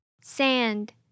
Sand